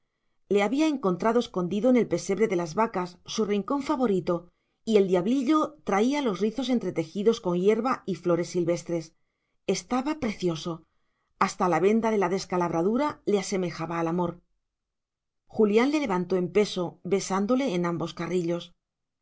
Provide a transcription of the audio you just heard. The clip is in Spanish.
le había encontrado escondido en el pesebre de las vacas su rincón favorito y el diablillo traía los rizos entretejidos con hierba y flores silvestres estaba precioso hasta la venda de la descalabradura le asemejaba al amor julián le levantó en peso besándole en ambos carrillos